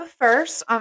first